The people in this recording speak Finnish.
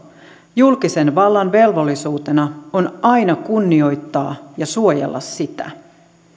julkisen vallan velvollisuutena on aina kunnioittaa ja suojella sitä